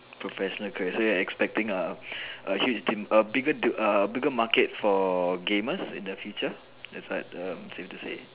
professional career so you're expecting a a huge de~ a bigger de~ a bigger market for gamers in the future that's what um safe to say